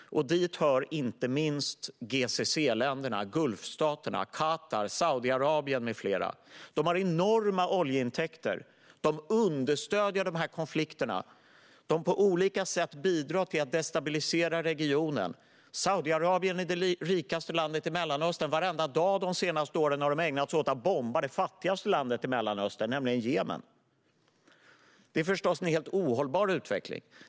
Dit hör inte minst GCC-länderna, Gulfstaterna - Qatar, Saudiarabien med flera. De har enorma oljeintäkter. De understöder konflikterna och bidrar på olika sätt till att destabilisera regionen. Saudiarabien är det rikaste landet i Mellanöstern. Varenda dag de senaste åren har saudierna ägnat sig åt att bomba det fattigaste landet i Mellanöstern, Jemen. Det är förstås en helt ohållbar utveckling.